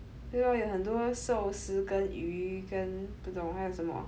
比如有很多寿司跟鱼跟不懂还有什么